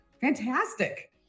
Fantastic